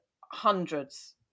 hundreds